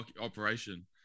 Operation